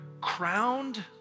crowned